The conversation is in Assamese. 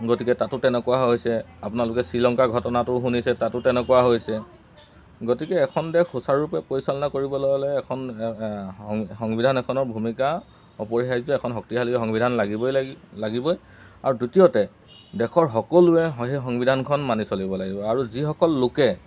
গতিকে তাতো তেনেকুৱা হৈছে আপোনালোকে শ্ৰীলংকাৰ ঘটনাটো শুনিছে তাতো তেনেকুৱা হৈছে গতিকে এখন দেশ সুচাৰুৰূপে পৰিচালনা কৰিবলৈ হ'লে এখন সংবিধান এখনৰ ভূমিকা অপৰিহাৰ্য এখন শক্তিশালী সংবিধান লাগিবই লাগিব লাগিবই আৰু দ্বিতীয়তে দেশৰ সকলোৱে সেই সংবিধানখন মানি চলিব লাগিব আৰু যিসকল লোকে